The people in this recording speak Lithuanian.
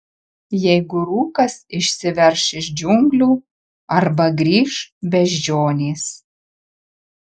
jeigu rūkas išsiverš iš džiunglių arba grįš beždžionės